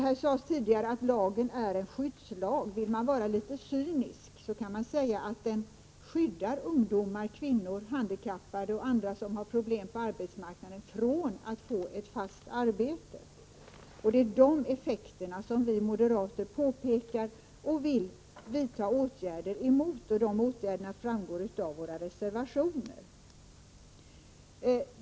Här sades tidigare att lagen är en skyddslag. Vill man vara litet cynisk kan man säga att den skyddar ungdomar, kvinnor, handikappade och andra som har problem på arbetsmarknaden från att få ett fast arbete. Det är dessa effekter som vi moderater påpekar och vill vidta åtgärder emot. De åtgärderna framgår av våra reservationer.